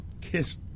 Kiss